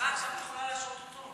עכשיו את יכולה להשעות אותו,